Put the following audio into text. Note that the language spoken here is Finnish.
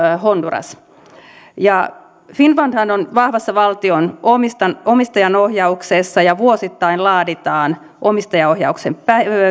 honduras finnfundhan on vahvassa valtion omistajaohjauksessa ja vuosittain laaditaan omistajaohjauksen